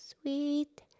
sweet